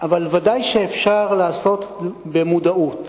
אבל ודאי שאפשר לעשות במודעות.